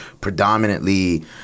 predominantly